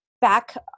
back